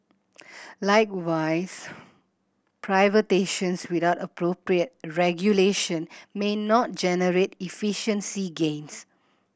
likewise without appropriate regulation may not generate efficiency gains